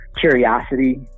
curiosity